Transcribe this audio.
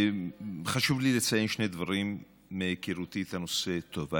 חשוב לי לציין שני דברים מהיכרותי את הנושא טוב.